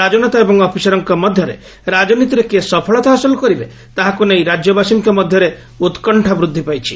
ରାଜନେତା ଏବଂ ଅଫିସରଙ୍କ ମଧରେ ରାଜନୀତିରେ କିଏ ସଫଳତା ହାସଲ କରିବେ ତାହାକୁ ନେଇ ରାଜ୍ୟବାସୀଙ୍କ ମଧ୍ୟରେ ଉକୃଷ୍ଠା ବୃଦ୍ଧି ପାଇଛି